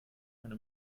eine